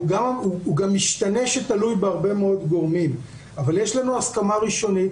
הוא גם משתנה שתלוי בהרבה מאוד גורמים אבל יש לנו הסכמה ראשונית,